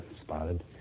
spotted